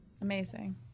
amazing